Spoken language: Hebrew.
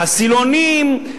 חסילונים,